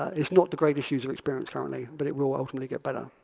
it's not the greatest user experience currently, but it will ultimately get better.